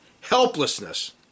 helplessness